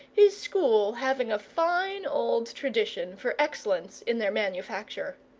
his school having a fine old tradition for excellence in their manufacture.